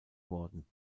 worden